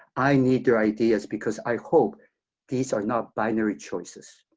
i need their ideas, because i hope these are not binary choices.